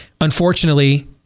unfortunately